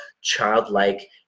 childlike